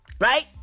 right